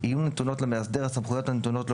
יהיו נתונות למאסדר הסמכויות הנתונות לו